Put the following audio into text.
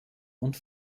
und